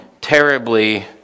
terribly